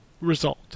result